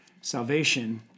salvation